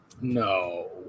No